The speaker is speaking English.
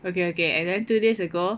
okay okay and then two days ago